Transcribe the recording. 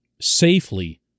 safely